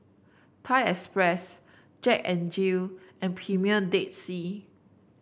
Thai Express Jack N Jill and Premier Dead Sea